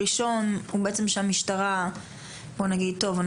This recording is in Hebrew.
הראשון הוא בעצם שהמשטרה בואו נגיד טוב,